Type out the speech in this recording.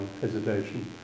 hesitation